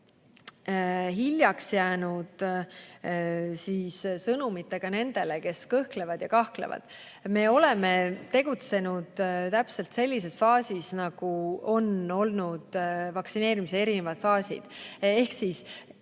hiljaks jäänud sõnumitega nendele, kes kõhklevad ja kahtlevad. Me oleme tegutsenud täpselt selles faasis, nagu vaktsineerimises erinevad faasid on olnud.